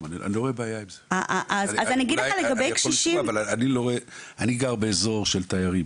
אני גם באזור של תיירים,